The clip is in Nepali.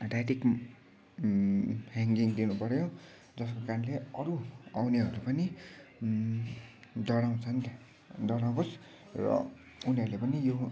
डाइरेक्ट ह्याङ्गिङ दिनु पर्यो जसको कारणले अरू आउनेहरू पनि डराउँछन् डराओस् र उनीहरूले पनि यो